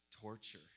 torture